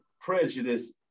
prejudice